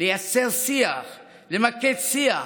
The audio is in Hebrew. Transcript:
לייצר שיח, למקד שיח,